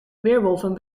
weerwolven